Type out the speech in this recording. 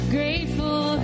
Grateful